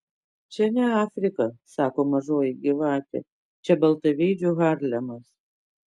čia ne afrika sako mažoji gyvatė čia baltaveidžių harlemas